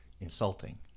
insulting